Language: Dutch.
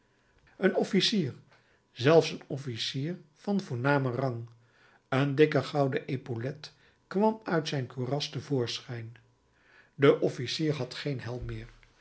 een officier zelfs een officier van voornamen rang een dikke gouden epaulet kwam uit zijn kuras te voorschijn de officier had geen helm